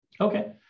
Okay